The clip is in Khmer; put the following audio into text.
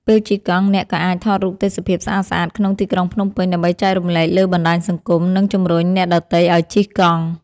ពេលជិះកង់អ្នកក៏អាចថតរូបទេសភាពស្អាតៗក្នុងទីក្រុងភ្នំពេញ ដើម្បីចែករំលែកលើបណ្ដាញសង្គម និងជម្រុញអ្នកដទៃឱ្យជិះកង់។